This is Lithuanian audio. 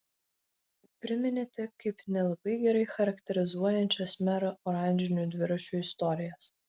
priminėte kaip nelabai gerai charakterizuojančias merą oranžinių dviračių istorijas